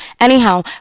Anyhow